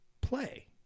play